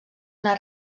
una